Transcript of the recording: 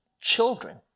Children